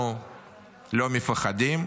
אנחנו לא מפחדים,